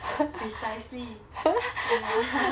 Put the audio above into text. precisely ya